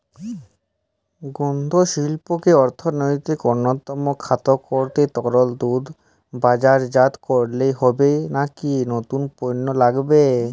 দুগ্ধশিল্পকে অর্থনীতির অন্যতম খাত করতে তরল দুধ বাজারজাত করলেই হবে নাকি নতুন পণ্য লাগবে?